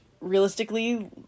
realistically